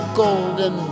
golden